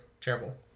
Terrible